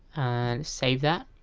and save that